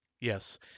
yes